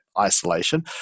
isolation